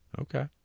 Okay